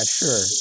sure